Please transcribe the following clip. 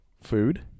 food